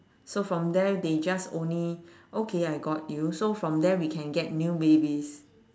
so from there they just only okay I got you so from there we can get new babies